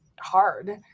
hard